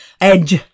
edge